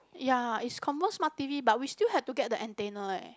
ya it's confirm smart T_V but we still have to get the antenna eh